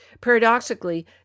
Paradoxically